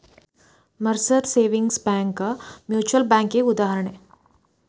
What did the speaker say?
Mercer savings bank mutual ಬ್ಯಾಂಕಿಗಿ ಉದಾಹರಣಿ